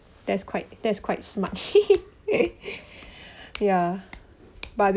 that's quite that's quite smart ya but